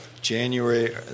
January